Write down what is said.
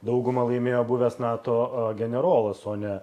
dauguma laimėjo buvęs nato a generolas o ne